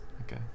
Okay